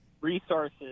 resources